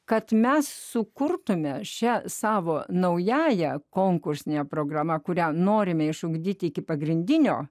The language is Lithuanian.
kad mes sukurtume šią savo naująja konkursinė programa kurią norime išugdyti iki pagrindinio